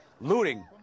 Looting